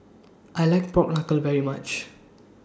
I like Pork Knuckle very much